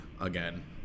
again